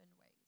ways